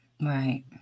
Right